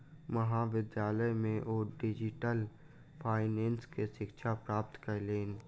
महाविद्यालय में ओ डिजिटल फाइनेंस के शिक्षा प्राप्त कयलैन